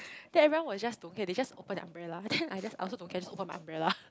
then everyone was just don't care they just open their umbrella then I just I also don't care I just open my umbrella